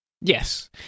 Yes